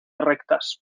rectas